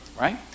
right